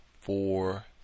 four